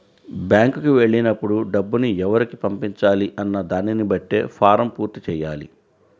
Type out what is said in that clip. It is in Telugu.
బ్యేంకుకి వెళ్ళినప్పుడు డబ్బుని ఎవరికి పంపించాలి అన్న దానిని బట్టే ఫారమ్ పూర్తి చెయ్యాలి